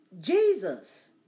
Jesus